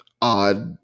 odd